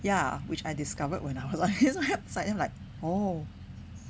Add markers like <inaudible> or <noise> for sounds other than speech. ya which I discovered when I was on his website <laughs> then I'm like